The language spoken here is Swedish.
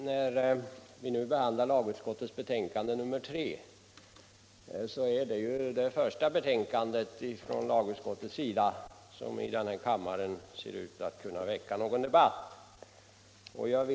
Herr talman! Lagutskottets betänkande nr 3, som vi nu behandlar, är det första betänkande från lagutskottet som ser ut att kunna väcka någon debatt i denna kammare.